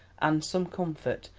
and some comfort,